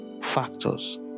factors